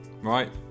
right